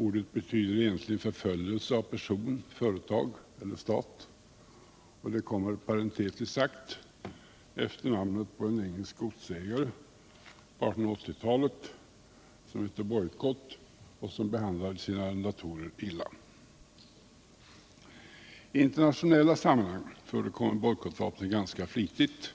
Ordet betyder egentligen förföljelse av person, företag eller stat och kommer, parentetiskt sagt, efter namnet på en engelsk godsförvaltare på Irland under 1880-talet som hette Boycott och som behandlade sina arrendatorer illa. I internationella sammanhang används bojkottvapnet ganska flitigt,